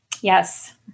yes